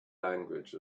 language